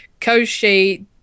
Koshi